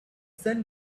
sun